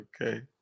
Okay